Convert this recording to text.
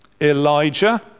Elijah